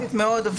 אינטנסיבית מאוד.